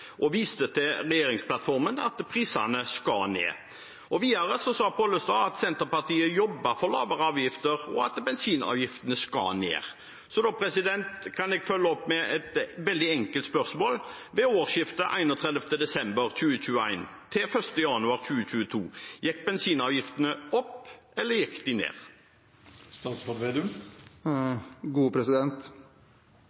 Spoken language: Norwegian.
og viste til regjeringsplattformen – at prisene skal ned. Videre sa Pollestad at Senterpartiet jobber for lavere avgifter, og at bensinavgiftene skal ned. Da kan jeg følge opp med et veldig enkelt spørsmål. Ved årsskiftet 31. desember 2021 til 1. januar 2022 – gikk bensinavgiftene opp, eller gikk de ned?